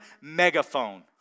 megaphone